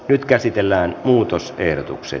nyt käsitellään muutosehdotukset